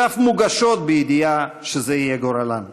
ואף מוגשות בידיעה שזה יהיה גורלן.